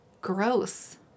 gross